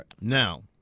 Now